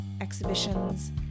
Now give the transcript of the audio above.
exhibitions